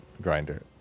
grinder